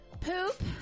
poop